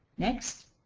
next.